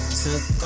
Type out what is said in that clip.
took